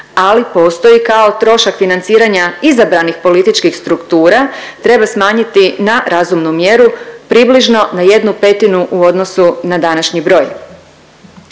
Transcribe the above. ali postoji kao trošak financiranja izabranih političkih struktura treba smanjiti na razumnu mjeru približno na 1/5 u odnosu na današnji broj.